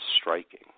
striking